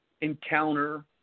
encounter